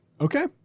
okay